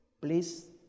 please